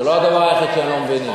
זה לא הדבר היחיד שהם לא מבינים.